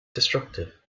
destructive